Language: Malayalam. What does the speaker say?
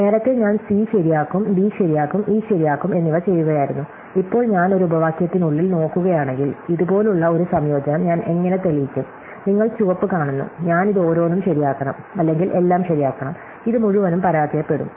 നേരത്തെ ഞാൻ സി ശെരി ആക്കും ഡി ശെരി ആക്കും ഇ ശെരി ആക്കും എന്നിവ ചെയ്യുകയായിരുന്നു ഇപ്പോൾ ഞാൻ ഒരു ഉപവാക്യത്തിനുള്ളിൽ നോക്കുകയാണെങ്കിൽ ഇതുപോലുള്ള ഒരു സംയോജനം ഞാൻ എങ്ങനെ തെളിയിക്കും നിങ്ങൾ ചുവപ്പ് കാണുന്നു ഞാൻ ഇത് ഓരോന്നും ശരിയാക്കണം അല്ലെങ്കിൽ എല്ലാം ശരിയാക്കണം ഇത് മുഴുവനും പരാജയപ്പെടും